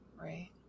right